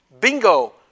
Bingo